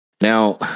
Now